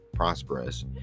prosperous